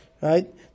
Right